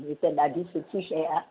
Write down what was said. इहा त ॾाढी सुठी शइ आहे